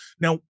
Now